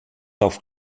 auf